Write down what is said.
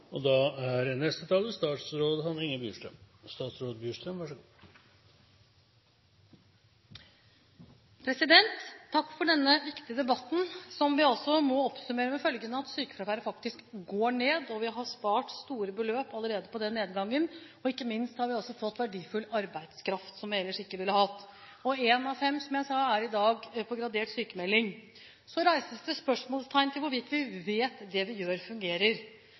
som vi altså må oppsummere med at sykefraværet faktisk går ned, at vi allerede har spart store beløp på den nedgangen, og ikke minst at vi har fått verdifull arbeidskraft som vi ellers ikke ville hatt. Én av fem, som jeg sa, er i dag på gradert sykmelding. Så reises det spørsmål om hvorvidt vi vet at det vi gjør, fungerer.